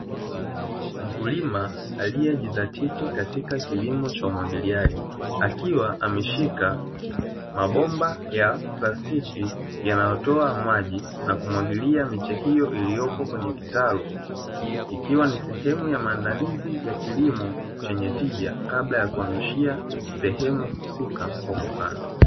Mkulima aliyejidhatiti katika kilimo cha umwagiliaji akiwa ameshika mabomba ya plastiki yanayotoa maji na kumwagilia miche hiyo iliyopo kwenye kitalu, ikiwa ni sehemu ya maandalizi ya kilimo chenye tija kabla ya kuhamishia sehemu husika kwa kupanda.